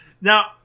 Now